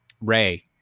Ray